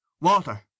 Walter